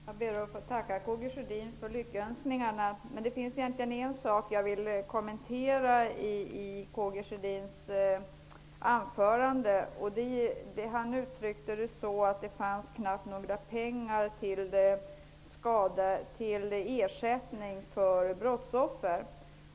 Herr talman! Jag ber att få tacka Karl Gustaf Sjödin för lyckönskningarna. Men det finns en sak i hans anförande som jag vill kommentera. Han sade nämligen att det knappt fanns pengar till ersättning för brottsoffer.